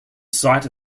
site